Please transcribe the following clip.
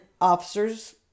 officers